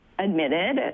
admitted